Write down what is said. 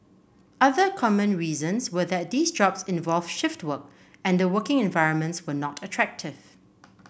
other common reasons were that these jobs involved shift work and the working environments were not attractive